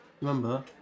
Remember